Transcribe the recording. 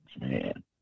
Man